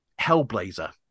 Hellblazer